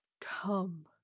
Come